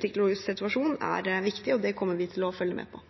teknologisk situasjon er viktig, og det kommer vi til å følge med på.